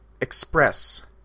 express